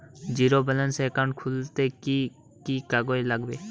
Zero ব্যালেন্সের account খুলতে কি কি কাগজ লাগবে?